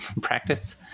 practice